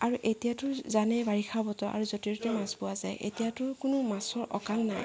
আৰু এতিয়াতো জানেই বাৰিষা বতৰ আৰু য'তে ত'তে মাছ পোৱা যায় এতিয়াতো কোনো মাছ অকাল নাই